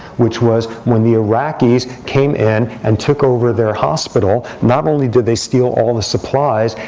which was when the iraqis came in and took over their hospital, not only did they steal all the supplies.